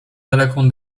daleką